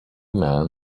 man